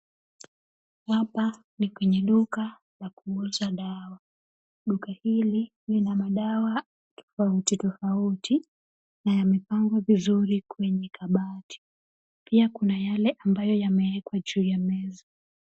Hapa ni kwenye duka la kuuza dawa. Duka hili lina madawa tofauti tofauti imepangwa vizuri kwenye kabati. Pia kuna yale yamewekwa juu ya meza.